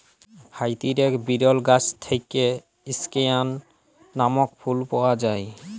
হাইতির এক বিরল গাছ থেক্যে স্কেয়ান লামক ফুল পাওয়া যায়